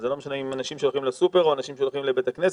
לא משנה אם אנשים שהולכים לסופרמרקט או אנשים שהולכים לבית הכנסת.